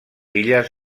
illes